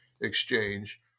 exchange